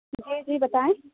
جی جی بتائیں